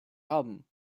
album